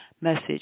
message